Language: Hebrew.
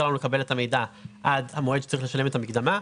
לנו לקבל את המידע עד שהמועד שצריך לשלם את המקדמה,